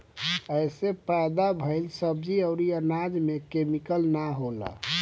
एसे पैदा भइल सब्जी अउरी अनाज में केमिकल ना होला